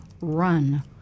run